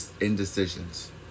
Indecisions